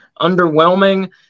underwhelming